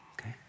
okay